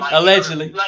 Allegedly